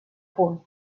punt